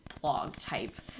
blog-type